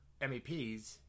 MEPs